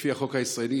לפי החוק הישראלי,